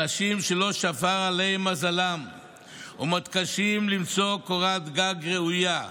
אנשים שלא שפר עליהם מזלם ומתקשים למצוא קורת גג ראויה,